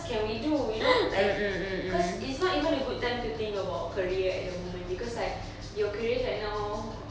can we do you know like because it's not even a good time to think about career at the moment because like your career right now